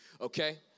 okay